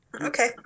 Okay